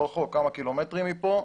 כמה קילומטרים מכאן,